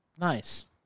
Nice